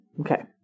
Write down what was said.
Okay